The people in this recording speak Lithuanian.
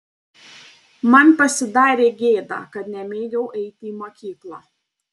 man pasidarė gėda kad nemėgau eiti į mokyklą